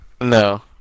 No